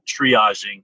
triaging